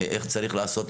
איך צריך לעשות,